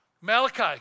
Malachi